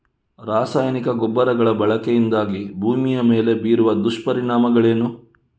ರಾಸಾಯನಿಕ ಗೊಬ್ಬರಗಳ ಬಳಕೆಯಿಂದಾಗಿ ಭೂಮಿಯ ಮೇಲೆ ಬೀರುವ ದುಷ್ಪರಿಣಾಮಗಳೇನು?